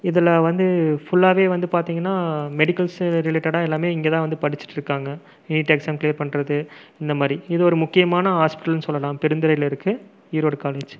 இதில் வந்து ஃபுல்லாகவே வந்து பார்த்தீங்கன்னா மெடிக்கல்ஸு ரிலேட்டடா எல்லாம் இங்கே தான் வந்து படித்திட்டு இருக்காங்க நீட் எக்ஸாம் கிளியர் பண்ணுறது இந்தமாதிரி இது ஒரு முக்கியமான ஹாஸ்பிட்டல்னு சொல்லலாம் பெருந்துறையில் இருக்கு ஈரோடு காலேஜ்